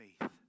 faith